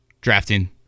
drafting